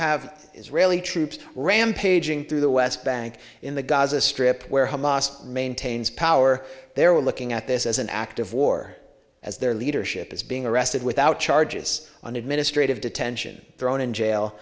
have israeli troops rampaging through the west bank in the gaza strip where hamas maintains power there were looking at this as an act of war as their leadership is being arrested without charges on administrative detention thrown in jail